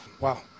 wow